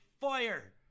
fire